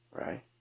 Right